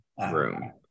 room